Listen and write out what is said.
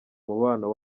mubano